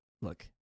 look